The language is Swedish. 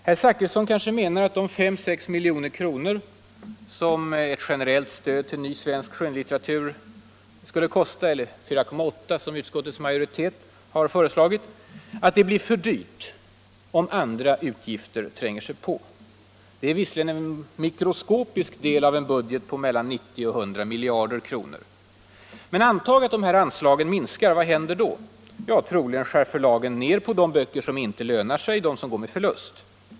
Herr Zachrisson kanske menar att 4,8 milj.kr. som utskottet föreslår blir för dyrt om andra utgifter tränger sig på. Det är visserligen en obetydlig del av en budget på mellan 90 och 100 miljarder. Men antag att dessa anslag minskar — vad händer? Ja, troligen skär förlagen ner på de böcker som inte lönar sig, de som går med förlust.